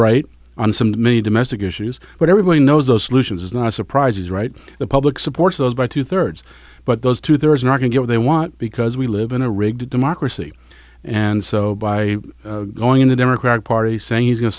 right on some of many domestic issues but everybody knows those solutions is not a surprise he's right the public supports those by two thirds but those two there is not going to what they want because we live in a rigged democracy and so by going in the democratic party saying he's go